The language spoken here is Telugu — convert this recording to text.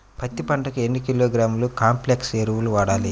పత్తి పంటకు ఎన్ని కిలోగ్రాముల కాంప్లెక్స్ ఎరువులు వాడాలి?